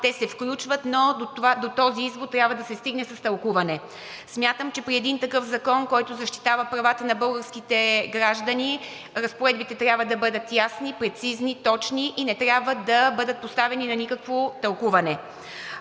те се включват, но до този извод трябва да се стигне с тълкуване. Смятам, че при един такъв закон, който защитава правата на българските граждани, разпоредбите трябва да бъдат ясни, прецизни, точни и не трябва да бъдат поставяни на никакво тълкуване.